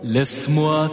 Laisse-moi